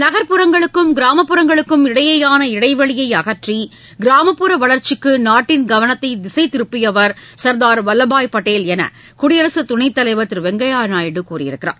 நகர்ப்புறங்களுக்கும் கிராமப்புறங்களுக்கும் இடையேயான இடைவெளியை அகற்றி கிராமப்புற வளர்ச்சிக்கு நாட்டின் கவனத்தை திசை திருப்பியவர் சர்தார் வல்லபாய் பட்டேல் என குடியரசு துணைத் தலைவர் திரு வெங்கய்ய நாயுடு கூறியுள்ளார்